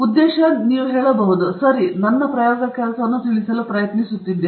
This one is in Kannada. ಉದ್ದೇಶ ಮೂಲತಃ ನೀವು ಹೇಳಬಹುದು ಸರಿ ನೀವು ನಿಮ್ಮ ಕೆಲಸವನ್ನು ತಿಳಿಸಲು ಪ್ರಯತ್ನಿಸುತ್ತಿದ್ದೀರಿ